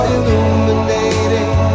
Illuminating